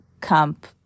camp